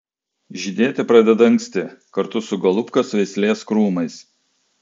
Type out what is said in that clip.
žydėti pradeda anksti kartu su golubkos veislės krūmais